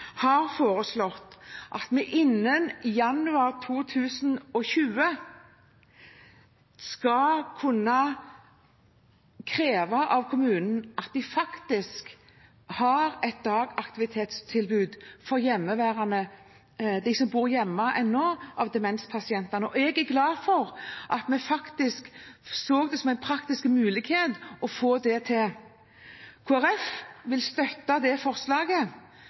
har foreslått at vi innen januar 2020 skal kunne kreve av kommunene at de faktisk har et dagaktivitetstilbud for de demenspasientene som bor hjemme. Jeg er glad for at vi faktisk så det som en praktisk mulighet å få det til. Kristelig Folkeparti vil støtte det forslaget.